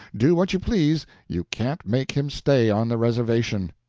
do what you please, you can't make him stay on the reservation.